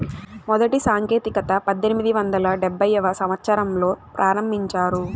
మొదటి సాంకేతికత పద్దెనిమిది వందల డెబ్భైవ సంవచ్చరంలో ప్రారంభించారు